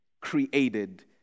created